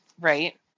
Right